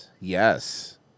Yes